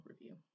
review